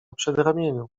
przedramieniu